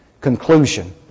Conclusion